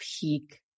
peak